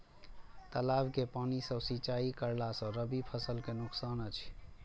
तालाब के पानी सँ सिंचाई करला स रबि फसल के नुकसान अछि?